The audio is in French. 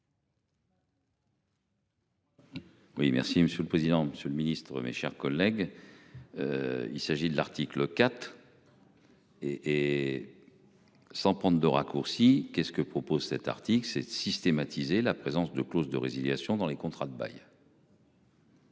Oui, merci Monsieur. Le président, Monsieur le Ministre, mes chers collègues. Il s'agit de l'article 4. Dans le. Et. Sans prendre de raccourci. Qu'est ce que propose cet article 7 systématiser la présence de clause de résiliation dans les contrats de bail.